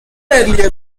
earlier